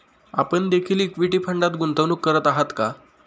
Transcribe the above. आपण देखील इक्विटी फंडात गुंतवणूक करत आहात का?